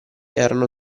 erano